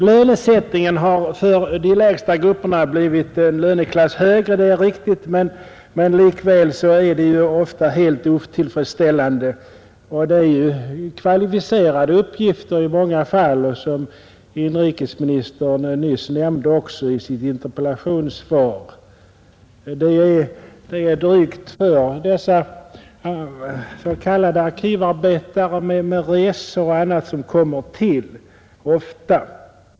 Lönesättningen har för de lägsta grupperna blivit en löneklass högre — det är viktigt — men likväl är den väl ofta helt otillfredsställande. Och det rör sig ju i många fall om kvalificerade uppgifter, som inrikesministern också nyss nämnde i sitt interpellationssvar. Det är drygt för dessa s.k. arkivarbetare med utgifter för arbetsresor och annat.